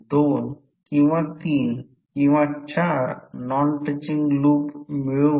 तर Ke हे characteristic constant आहे